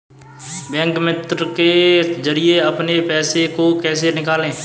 Bank मित्र के जरिए अपने पैसे को कैसे निकालें?